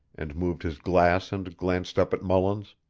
and moved his glass and glanced up at mullins.